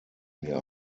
mir